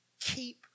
keep